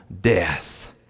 death